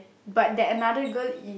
but that another girl is